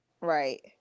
Right